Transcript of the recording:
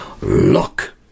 Look